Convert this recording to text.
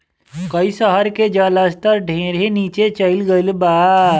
कई शहर के जल स्तर ढेरे नीचे चल गईल बा